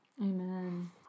Amen